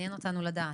מעניין אותנו לדעת.